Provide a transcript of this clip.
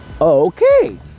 Okay